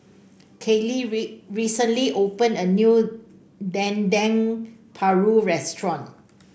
Kaleigh recently opened a new Dendeng Paru Restaurant